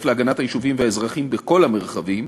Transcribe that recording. להגנת היישובים והאזרחים בכל המרחבים,